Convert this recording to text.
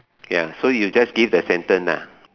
ya so you just give the sentence ah